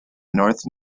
north